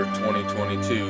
2022